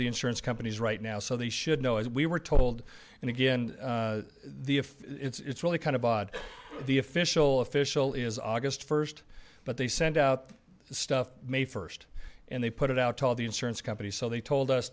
the insurance companies right now so they should know as we were told and again the if it's really kind of the official official is august first but they sent out the stuff may first and they put it out to all the insurance companies so they told us